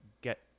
get